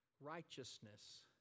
righteousness